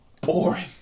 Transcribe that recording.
boring